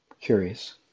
curious